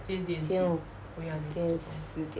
六今天十天